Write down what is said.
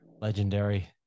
legendary